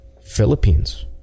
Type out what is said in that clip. Philippines